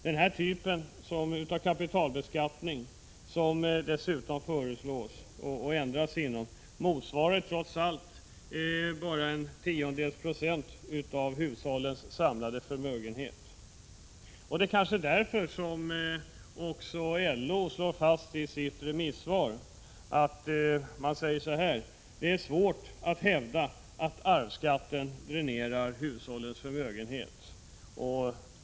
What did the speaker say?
Den typ av kapitalbeskattning som föreslås motsvarar trots allt bara en tiondels procent av hushållens samlade förmögenhet. Det är kanske därför som LO slår fast i sitt remissvar att det är svårt att hävda att arvsskatten dränerar hushållens förmögenhet.